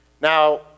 Now